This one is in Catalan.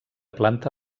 planta